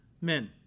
men